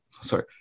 sorry